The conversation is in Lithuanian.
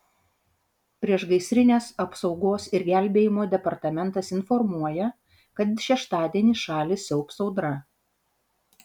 priešgaisrinės apsaugos ir gelbėjimo departamentas informuoja kad šeštadienį šalį siaubs audra